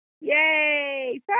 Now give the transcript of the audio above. Yay